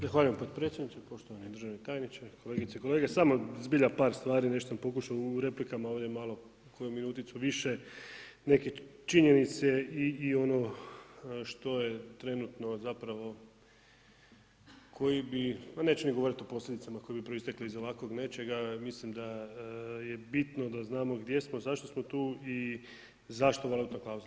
Zahvaljujem potpredsjedniče, poštovani državni tajniče, kolegice i kolege, samo zbilja par stvar, nešto sam pokušao u replikama ovdje malo, koju minuticu više, neke činjenice i ono što je trenutno zapravo, koji bi, ma neću ni govoriti o posljedicama koji bi proistekli iz ovako nečega, mislim da je bitno da znamo gdje smo, zašto smo tu i zašto valutna klauzula.